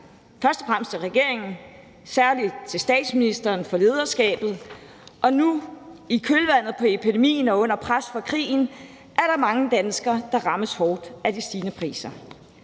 først og fremmest regeringen, særlig til statsministeren for lederskabet. Og nu i kølvandet på epidemien og under pres fra krigen er der mange danskere, der rammes hårdt af de stigende priser: